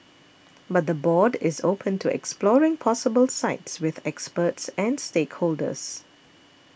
but the board is open to exploring possible sites with experts and stakeholders